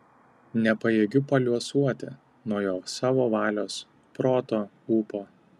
nepajėgiu paliuosuoti nuo jo savo valios proto ūpo